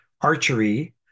archery